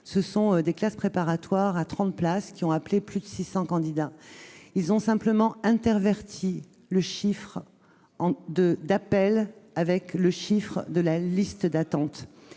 ou de classes préparatoires à 30 places qui ont appelé plus de 600 candidats, à cause d'une interversion du chiffre d'appel et du chiffre de la liste d'attente.